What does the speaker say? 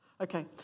Okay